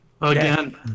Again